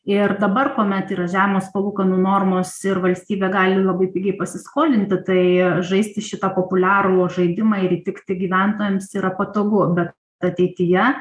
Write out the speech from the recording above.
ir dabar kuomet yra žemos palūkanų normos ir valstybė gali labai pigiai pasiskolinti tai žaisti šitą populiarų žaidimą ir įtikti gyventojams yra patogu bet ateityje